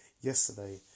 yesterday